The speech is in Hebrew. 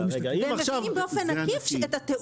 והם מכינים באופן עקיף את התיאום?